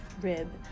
rib